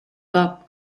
bob